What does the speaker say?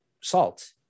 salt